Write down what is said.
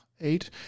eight